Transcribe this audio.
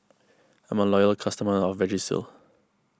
I'm a loyal customer of Vagisil